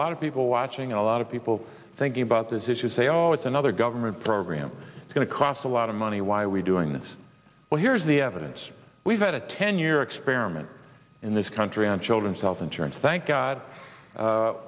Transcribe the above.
of people watching a lot of people thinking about this issue say oh it's another government program going to cost a lot of money why are we doing this well here's the evidence we've had a ten year experiment in this country and children's health insurance thank god u